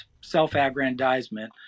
self-aggrandizement